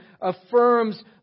affirms